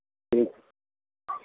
ठीक